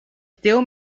still